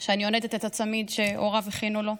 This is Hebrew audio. שאני עונדת את הצמיד שהוריו הכינו לו,